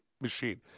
machine